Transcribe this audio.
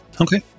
Okay